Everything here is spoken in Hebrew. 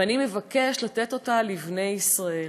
ואני מבקש לתת אותה לבני ישראל.